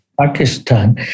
pakistan